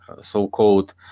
so-called